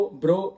bro